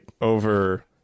over